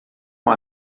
com